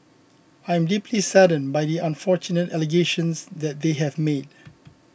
I am deeply saddened by the unfortunate allegations that they have made